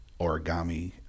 origami